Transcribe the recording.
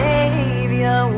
Savior